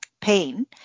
pain